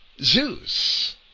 Zeus